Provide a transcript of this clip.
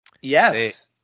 Yes